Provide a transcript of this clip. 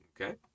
Okay